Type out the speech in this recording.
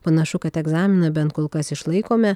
panašu kad egzaminą bent kol kas išlaikome